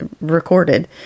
recorded